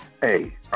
Hey